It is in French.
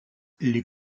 les